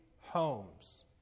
homes